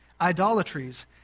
idolatries